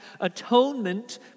atonement